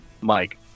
mike